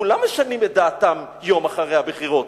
כולם משנים את דעתם יום אחרי הבחירות.